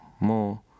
more